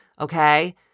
Okay